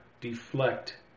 deflect